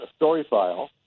StoryFile